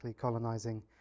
colonizing